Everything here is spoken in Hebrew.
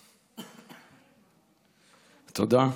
תודה,